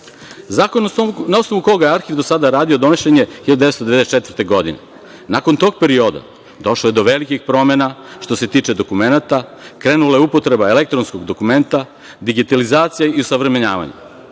na osnovu koga je Arhiv do sada radio donesen je 1994. godine. Nakon tog perioda, došlo je do velikih promena što se tiče dokumenata, krenula je upotreba elektronskog dokumenta, digitalizacija i osavremenjavanje. Iz